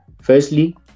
Firstly